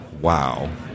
wow